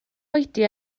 oedi